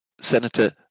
Senator